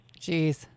Jeez